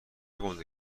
گنده